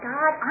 God